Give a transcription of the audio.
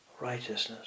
righteousness